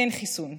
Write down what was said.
אין חיסון.